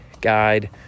guide